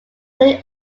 new